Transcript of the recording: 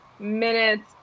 minutes